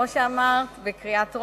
כמו שאמרת, בקריאה טרומית,